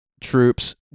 troops